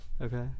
okay